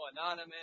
Anonymous